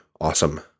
awesome